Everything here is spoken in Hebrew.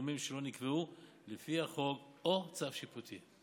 לגורמים שלא נקבעו לפי חוק או צו שיפוטי.